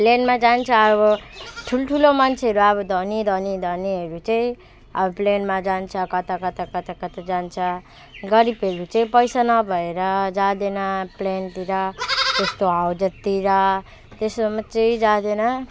प्लेनमा जान्छ अब ठुल्ठुलो मान्छेहरू अब धनी धनी धनीहरू चाहिँ अब प्लेनमा जान्छ कता कता कता कता जान्छ गरिबहरू चाहिँ पैसा नभएर जाँदैन प्लेनतिर त्यस्तो हवाईजहाजतिर त्यो सबमा चाहिँ जाँदैन